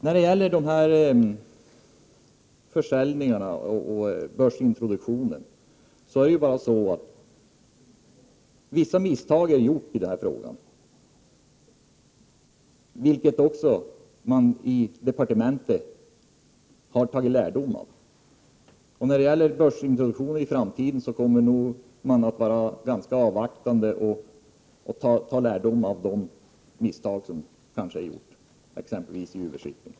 När det gäller frågan om försäljningen av vissa aktieinnehav och börsintroduktion, kan man bara konstatera att vissa misstag har gjorts i den här frågan —- vilket man också har tagit lärdom av i departementet. I framtiden kommer man nog att vara ganska avvaktande när det gäller börsintroduktion, och 119 Prot. 1988/89:126 man kommer att ta lärdom av de misstag som kanske har begåtts när det gäller exempelvis UV-Shipping.